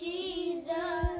Jesus